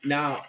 Now